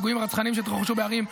הפיגועים הרצחניים שהתרחשו בערים,